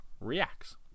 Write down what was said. reacts